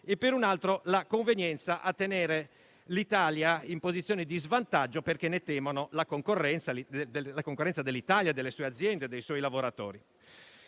e, per un altro, la convenienza a tenere l'Italia in posizione di svantaggio, perché temono la concorrenza dell'Italia, delle sue aziende e dei suoi lavoratori.